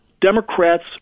Democrats